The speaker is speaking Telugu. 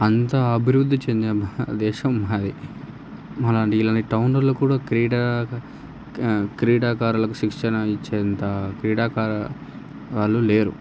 అంతా అభివృద్ధి చెందిన దేశం మాది మాలాంటి ఇలాంటి టౌన్లలో కూడా క్రీడా క్రీడాకారులకు శిక్షణ ఇచ్చేంత క్రీడాకారు వాళ్ళు లేరు